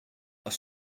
are